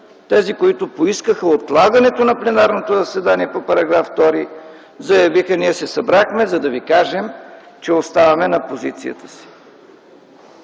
тези, които поискаха отлагане на пленарното заседание по § 2, заявиха, че: „Ние се събрахме, за да ви кажем, че оставаме на позицията си”.